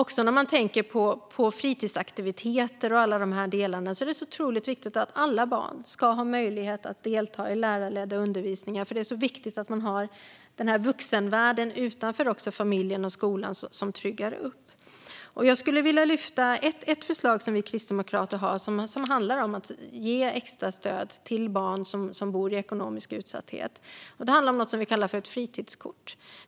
Även när det gäller fritidsaktiviteter och så vidare är det otroligt viktigt att alla barn har möjlighet att delta i lärarledd undervisning, för det är viktigt att man har en vuxenvärld utanför familjen och skolan som tryggar upp. Jag skulle vilja lyfta fram ett förslag som vi kristdemokrater har och som handlar om att ge extra stöd till barn som lever i ekonomisk utsatthet. Det handlar om något som vi kallar för ett fritidskort.